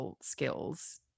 skills